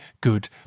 good